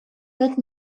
but